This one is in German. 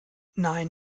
nein